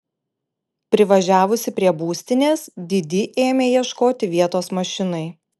privažiavusi prie būstinės didi ėmė ieškoti vietos mašinai